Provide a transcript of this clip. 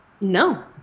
No